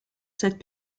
cette